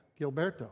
Gilberto